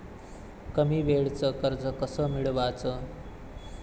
कमी वेळचं कर्ज कस मिळवाचं?